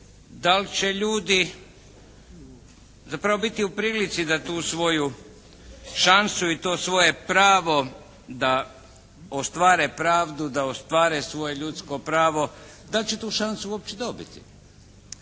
Da li će ljudi zapravo biti u prilici da tu svoju šansu i to svoje pravo da ostvare pravdu, da ostvare svoje ljudsko pravo, da li će tu šansu uopće dobiti.